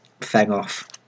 fang-off